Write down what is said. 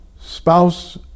spouse